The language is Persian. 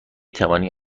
توانی